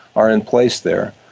are in place there,